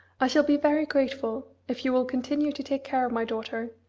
i shall be very grateful if you will continue to take care of my daughter,